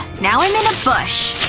now i'm in a bush